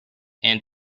and